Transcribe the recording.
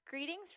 Greetings